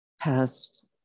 past